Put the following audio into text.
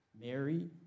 Mary